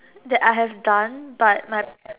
that I have done but my